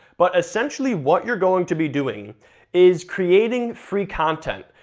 but essentially what you're going to be doing is creating free content,